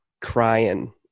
crying